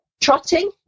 trotting